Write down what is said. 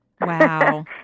Wow